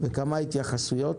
וכמה התייחסויות.